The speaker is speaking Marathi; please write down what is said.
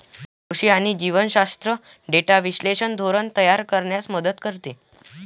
कृषी आणि जीवशास्त्र डेटा विश्लेषण धोरण तयार करण्यास मदत करते